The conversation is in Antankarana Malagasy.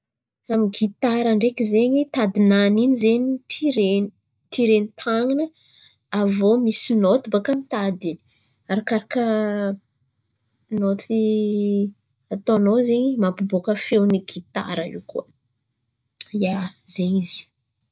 Amin'n̈y gitara ndraiky zen̈y tadin̈any in̈y zen̈y tsirena. Tiren̈y tàn̈ana avô misy note bakà amy ny tadiny, arakaraka nôty ataon̈ao zen̈y mampiboaka feon'n̈y gitara io koa, zen̈y izy.